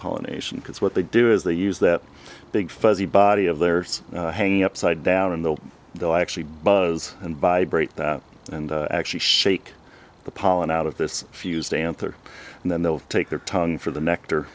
pollination because what they do is they use that big fuzzy body of theirs hanging upside down and they'll they'll actually buzz and vibrate and actually shake the pollen out of this fuse dancer and then they'll take their tongue for the nectar